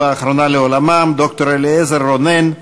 ד"ר אליעזר רונן,